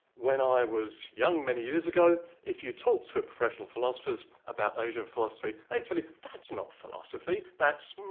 when i was young, many years ago, if you talked to professional philosophers about asian philosophy, they'd tell you, that's not philosophy, that's,